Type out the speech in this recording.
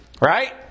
Right